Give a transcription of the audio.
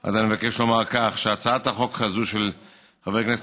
אז אני מבקש לומר כך: הצעת החוק הזאת של חבר הכנסת